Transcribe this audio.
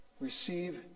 Receive